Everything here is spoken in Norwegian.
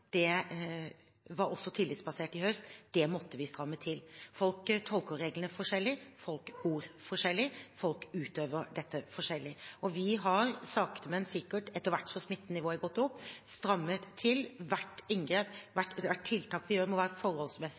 var tillitsbasert i høst. Det måtte vi stramme til. Folk tolker reglene forskjellig. Folk bor forskjellig. Folk utøver dette forskjellig. Vi har sakte, men sikkert, etter hvert som smittenivået er gått opp, strammet til hvert inngrep. Hvert tiltak vi gjør, må være forholdsmessig,